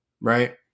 right